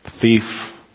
Thief